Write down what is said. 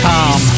Tom